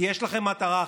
כי יש לכם מטרה אחרת.